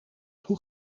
hoe